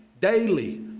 daily